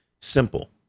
simple